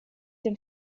den